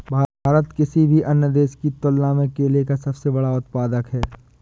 भारत किसी भी अन्य देश की तुलना में केले का सबसे बड़ा उत्पादक है